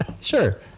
Sure